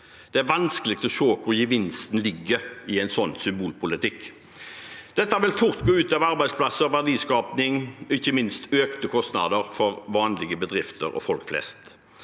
Det er vanskelig å se hvor gevinsten ligger i en slik symbolpolitikk. Dette vil fort gå ut over arbeidsplasser og verdiskaping og ikke minst føre til økte kostnader for vanlige bedrifter og folk flest.